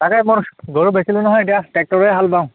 তাকে মোৰ গৰু বেছিলোঁ নহয় এতিয়া ট্ৰেক্টৰে হাল বাওঁ